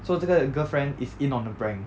so 这个 girlfriend is in on the prank